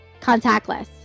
contactless